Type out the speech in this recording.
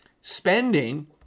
spending